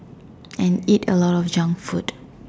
and eat a lot of junk food